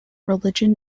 religion